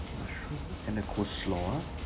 and then coleslaw ah